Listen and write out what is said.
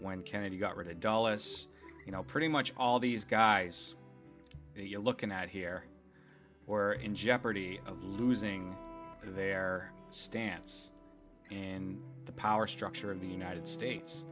when kennedy got rid of dollar as you know pretty much all these guys you're looking at here or in jeopardy of losing their stance and the power structure in the united states